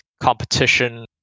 competition